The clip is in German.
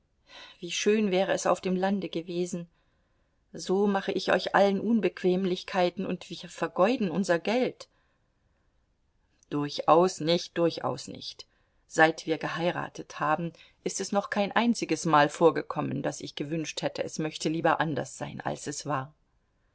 wie schön wäre es auf dem lande gewesen so mache ich euch allen unbequemlichkeiten und wir vergeuden unser geld durchaus nicht durchaus nicht seit wir geheiratet haben ist es noch kein einziges mal vorgekommen daß ich gewünscht hätte es möchte lieber anders sein als es war